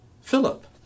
Philip